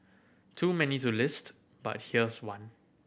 too many too list but here's one